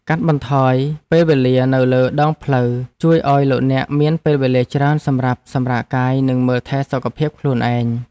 កាត់បន្ថយពេលវេលានៅលើដងផ្លូវជួយឱ្យលោកអ្នកមានពេលវេលាច្រើនសម្រាប់សម្រាកកាយនិងមើលថែសុខភាពខ្លួនឯង។